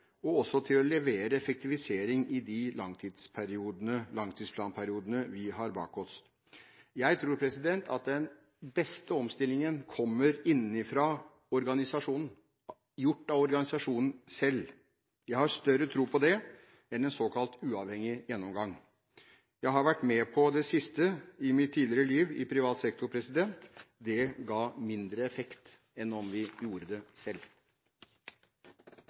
og også til å levere effektivisering i de langtidsplanperiodene vi har bak oss. Jeg tror at den beste omstillingen kommer innenfra organisasjonen – gjort av organisasjonen selv. Jeg har større tro på det enn på en såkalt uavhengig gjennomgang. Jeg har vært med på det siste i mitt tidligere liv i privat sektor. Det ga mindre effekt enn om vi gjorde det selv.